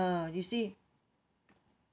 ah you see